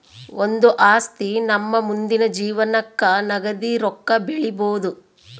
ಒಂದು ಆಸ್ತಿ ನಮ್ಮ ಮುಂದಿನ ಜೀವನಕ್ಕ ನಗದಿ ರೊಕ್ಕ ಬೆಳಿಬೊದು